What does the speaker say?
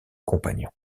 compagnon